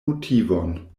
motivon